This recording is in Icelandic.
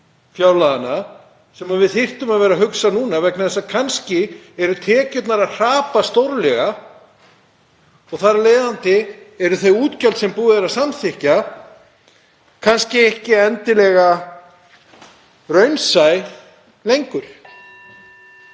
fjárlaganna? Við þyrftum að vera að hugsa um það núna vegna þess að kannski eru tekjurnar að hrapa stórlega og þar af leiðandi eru þau útgjöld sem búið er að samþykkja ekki endilega raunsæ lengur.